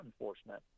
enforcement